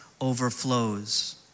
Overflows